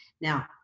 Now